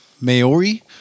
Maori